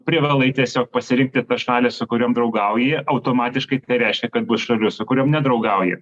privalai tiesiog pasirinkti tas šalis su kuriom draugauji automatiškai tai reiškia kad bus šalių su kuriom nedraugauji